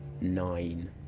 nine